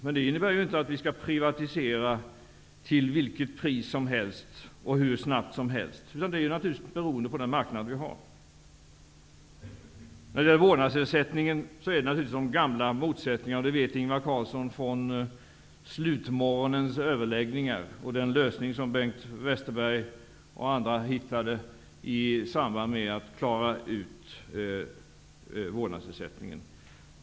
Men det innebär inte att vi skall privatisera till vilket pris som helst och hur snabbt som helst, utan det är naturligtvis beroende på den marknad som vi har. När det gäller vårdnadsersättningen finns naturligtvis de gamla motsättningarna, vilket Ingvar Carlsson vet, från slutmånens överläggningar och den lösning som Bengt Westerberg och andra hittade i samband med att man skulle klara ut vårdnadsersättningen.